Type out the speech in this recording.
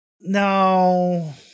no